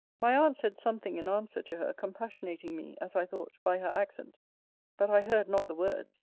my aunt said something in answer to her, compassionating me, as i thought, by her accent but i heard not the words.